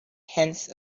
hands